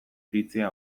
iritzia